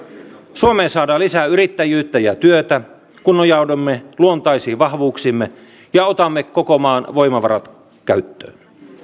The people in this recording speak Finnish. suomeen saadaan lisää yrittäjyyttä ja työtä kun nojaudumme luontaisiin vahvuuksiimme ja otamme koko maan voimavarat käyttöön